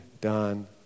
done